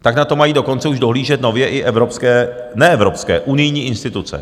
Tak na to mají dokonce už dohlížet nově i evropské ne evropské, unijní instituce.